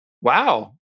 Wow